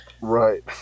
Right